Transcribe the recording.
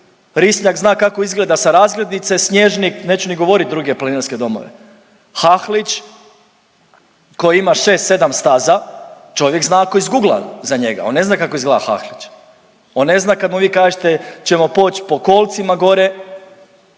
Risnjak zna kako izgleda sa razglednice, Snježnik neću ni govorit druge planinarske domove. Hahlić koji ima 6-7 staza čovjek zna ako izgugla za njega, on ne zna kako izgleda Hahlić, on ne zna kad mu vi kažete ćemo poć po kolcima gore,